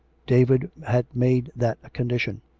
david had made that a condition.